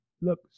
Look